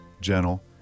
gentle